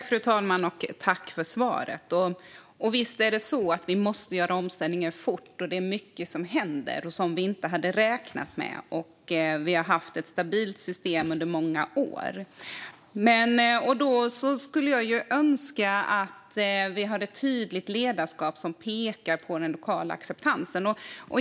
Fru talman! Jag tackar för svaret. Visst är det så att vi måste göra omställningen fort. Det är mycket som händer och som vi inte hade räknat med. Vi har haft ett stabilt system under många år. Jag skulle önska att vi hade ett tydligt ledarskap som pekade på den lokala acceptansen.